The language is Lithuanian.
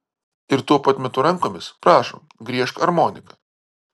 ir tuo pat metu rankomis prašom griežk armonika